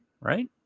right